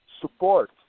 support